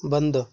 बंद